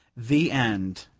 the end